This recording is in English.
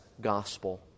gospel